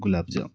gulab jamun